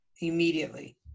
immediately